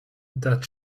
that